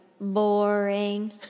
boring